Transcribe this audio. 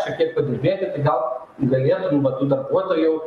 šiek tiek padirbėti tai gal galėtum vat tų darbuotojau